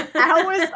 Hours